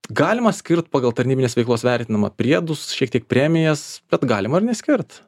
galima skirt pagal tarnybinės veiklos vertinimą priedus šiek tiek premijas kad galima ir neskirt